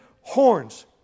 horns